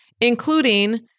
including